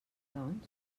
doncs